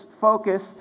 focus